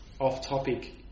off-topic